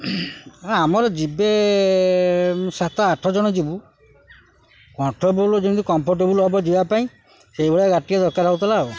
ଆମର ଯିବେ ସାତ ଆଠ ଜଣ ଯିବୁ ଯେମିତି କମ୍ଫର୍ଟେବୁଲ୍ ହବ ଯିବା ପାଇଁ ସେଇଭଳିଆ ଗାଡ଼ିିକଏ ଦରକାର ହଉଥିଲା ଆଉ